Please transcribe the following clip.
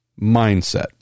mindset